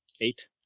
Eight